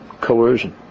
coercion